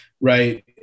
Right